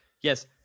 Yes